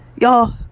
Y'all